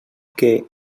que